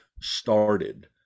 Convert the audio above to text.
started